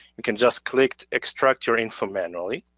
and can just click, extract your info manually.